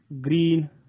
green